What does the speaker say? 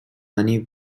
money